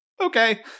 Okay